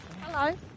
Hello